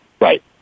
right